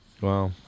Wow